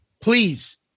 Please